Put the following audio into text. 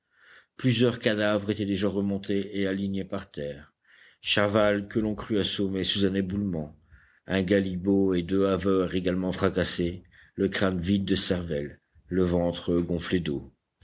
plusieurs cadavres étaient déjà remontés et alignés par terre chaval que l'on crut assommé sous un éboulement un galibot et deux haveurs également fracassés le crâne vide de cervelle le ventre gonflé d'eau